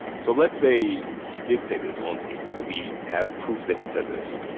so let's say he did say this on tape, that we have proof that he said this,